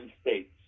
states